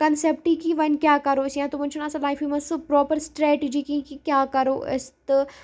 concept کہ ؤنۍ کیٛاہ کَرَو أسۍ یا تِمَن چھُنہٕ آسان لایفہِ منٛز سُہ پراپَر سٹریٹجی کیٚنہہ کہ کیاہ کَرو أسۍ تہٕ